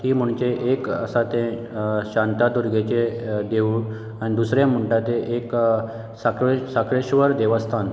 ती म्हणजे एक आसा ते शांतादूर्गेचे देवूळ आनी दुसरें म्हणटा ते एक साकरे साखळेश्वर देवस्थान